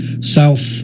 south